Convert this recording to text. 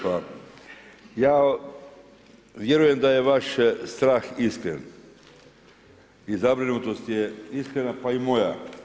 Pa, ja vjerujem da je vaš strah iskren i zabrinutost je iskrena, pa i moja.